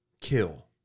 kill